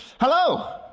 Hello